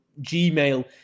Gmail